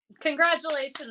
Congratulations